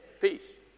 Peace